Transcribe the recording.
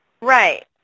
Right